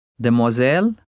Demoiselle